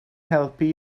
helpu